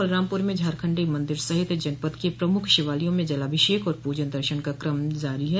बलरामपुर में झारखंडी मंदिर सहित जनपद के प्रमुख शिवालयों में जलाभिषेक और पूजन दर्शन का कम जारी है